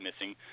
missing